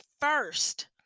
first